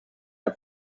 her